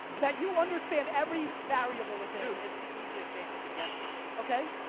that you understand every variable within dude, it's the easiest game, it's a guessing game. okay.